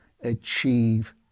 achieve